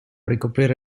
ricoprire